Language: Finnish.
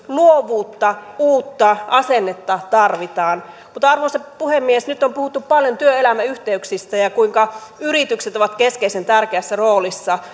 luovuutta uutta asennetta tarvitaan arvoisa puhemies nyt on puhuttu paljon työelämäyhteyksistä ja siitä kuinka yritykset ovat keskeisen tärkeässä roolissa